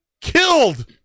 killed